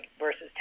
versus